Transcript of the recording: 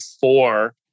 four